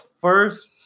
first